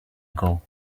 ago